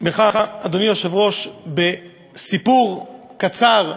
אדוני היושב-ראש, בסיפור קצר.